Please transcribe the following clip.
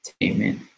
Entertainment